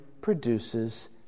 produces